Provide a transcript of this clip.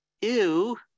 ew